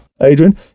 Adrian